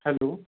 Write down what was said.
hello